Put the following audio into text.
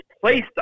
placed